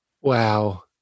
Wow